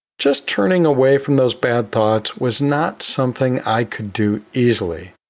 just turning away from those bad thoughts was not something i could do easily,